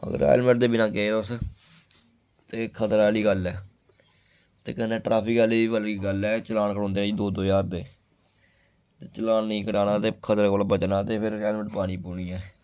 अगर हेलमेट दे बिना गे तुस ते खतरे आह्ली गल्ल ऐ ते कन्नै ट्रैफिक आह्ली गल्ल ऐ चलान कटोंदे दो दो ज्हार दे ते चलान नेईं कटाना ते खतरे कोला बचना ते फिर हेलमेट पानी पौनी ऐ